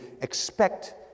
expect